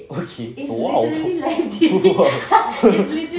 okay !wow!